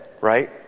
right